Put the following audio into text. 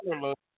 look